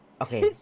Okay